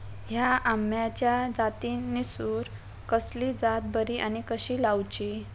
हया आम्याच्या जातीनिसून कसली जात बरी आनी कशी लाऊची?